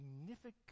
significant